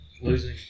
losing